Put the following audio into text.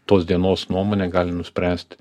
tos dienos nuomonę gali nuspręst